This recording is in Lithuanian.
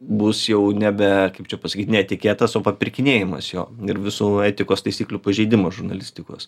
bus jau nebe kaip čia pasakyt ne etiketas o papirkinėjimas jo ir visų etikos taisyklių pažeidimas žurnalistikos